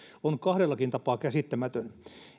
on kahdellakin tapaa käsittämätön